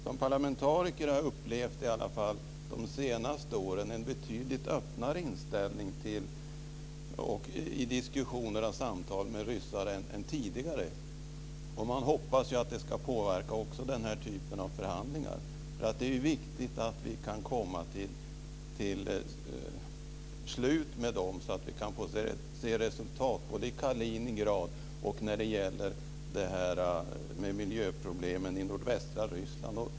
Som parlamentariker har i alla fall jag de senaste åren upplevt en betydligt öppnare inställning i diskussioner och samtal med ryssar än tidigare. Man hoppas att det ska påverka också denna typ av förhandlingar. Det är ju viktigt att vi kan komma till ett slut med dem, så att vi kan få se resultat både i Kaliningrad och när det gäller miljöproblemen i nordvästra Ryssland.